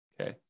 okay